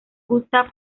gustav